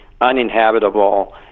uninhabitable